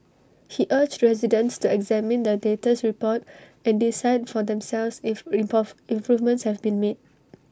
he urged residents to examine the latest report and decide for themselves if improvements have been made